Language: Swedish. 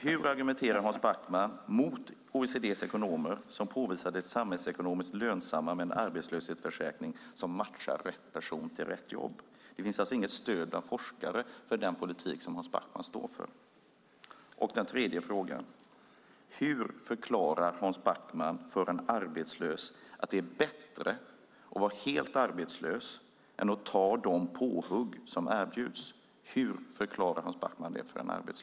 Hur argumenterar Hans Backman mot OECD:s ekonomer som påvisat det samhällsekonomiskt lönsamma med en arbetslöshetsförsäkring som matchar rätt person till rätt jobb? Det finns alltså inget stöd bland forskare för den politik som Hans Backman står för. Den tredje frågan: Hur förklarar Hans Backman för en arbetslös att det är bättre att vara helt arbetslös än att ta de påhugg som erbjuds?